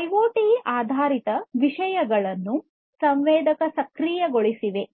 IoT ಆಧಾರಿತ ವಿಷಯಗಳನ್ನು ಸಂವೇದಕವು ಸಕ್ರಿಯ ಗೊಳಿಸಿದೆ